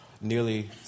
nearly